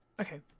Okay